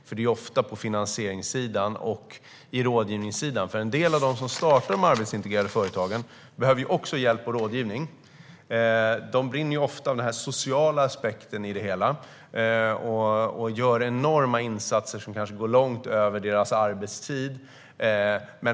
Det handlar ju ofta om finansiering och rådgivning, för en del av dem som startar de arbetsintegrerande företagen behöver också hjälp och rådgivning. De brinner ofta för den sociala aspekten i det hela och gör enorma insatser som kanske går långt utöver deras arbetstid.